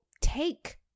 take